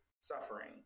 suffering